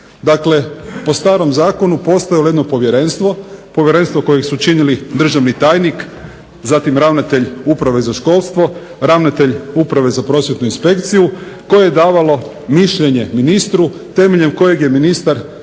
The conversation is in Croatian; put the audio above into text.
Dakle po starom zakonu postojalo je jedno povjerenstvo, povjerenstvo koje su činili državni tajnik, zatim ravnatelj Uprave za školstvo, ravnatelj Uprave za prosvjetnu inspekciju koje je davalo mišljenje ministru temeljem kojeg je ministar davao